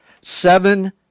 Seven